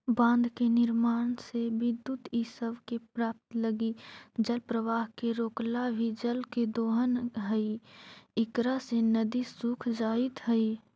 बाँध के निर्माण से विद्युत इ सब के प्राप्त लगी जलप्रवाह के रोकला भी जल के दोहन हई इकरा से नदि सूख जाइत हई